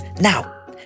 Now